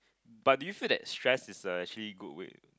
but do you feel that stress is a actually good way